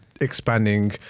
expanding